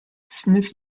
smith